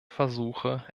versuche